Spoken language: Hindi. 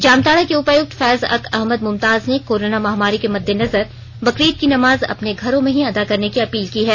जामताड़ा के उपायुक्त फैज अक अहमद मुमताज ने कोरोना महामारी के मद्देनजर बकरीद की नमाज अपने घरों में ही अदा करने की अपील की है